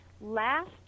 last